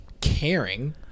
caring